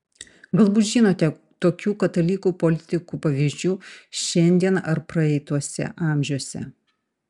galbūt žinote tokių katalikų politikų pavyzdžių šiandien ar praeituose amžiuose